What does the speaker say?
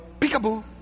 peekaboo